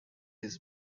his